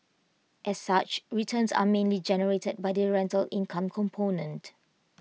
as such returns are mainly generated by the rental income component